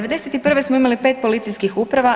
91. smo imali 5 policijskih uprava.